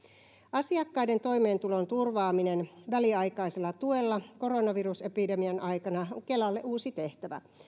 asiakkaiden toimeentulon turvaaminen väliaikaisella tuella koronavirusepidemian aikana on kelalle uusi tehtävä